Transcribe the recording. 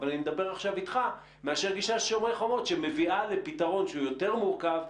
אני מדבר עכשיו איתך שמביאה לפתרון שהוא יותר מורכב,